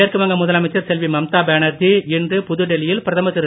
மேற்கு வங்க முதலமைச்சர் செல்வி மம்தா பேனர்ஜி இன்று புதுடெல்லியில் பிரதமர் திரு